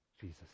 Jesus